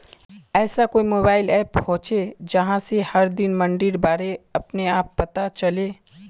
ऐसा कोई mobile app होचे जहा से हर दिन मंडीर बारे अपने आप पता चले?